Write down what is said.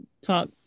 talk